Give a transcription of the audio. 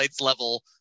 level